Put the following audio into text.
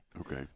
Okay